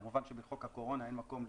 כמובן שבחוק הקורונה אין מקום למחוק.